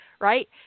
right